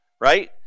right